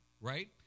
right